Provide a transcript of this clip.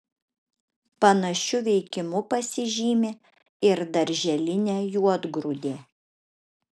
panašiu veikimu pasižymi ir darželinė juodgrūdė